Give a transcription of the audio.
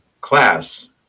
class